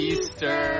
Easter